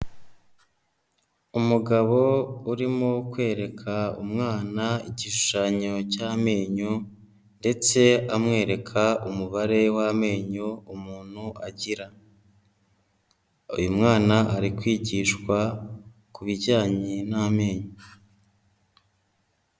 Umugabo urimo kwereka umwana igishushanyo cy'amenyo ndetse amwereka umubare w'amenyo umuntu agira. Uyu mwana ari kwigishwa ku bijyanye n'amenyo.